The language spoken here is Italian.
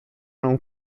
non